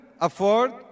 afford